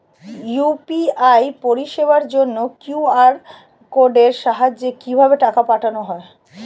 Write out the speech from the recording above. UPI পরিষেবার জন্য QR কোডের সাহায্যে কিভাবে টাকা পাঠানো হয়?